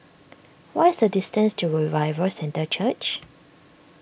what is the distance to Revival Centre Church